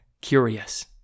curious